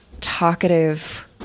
talkative